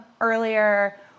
earlier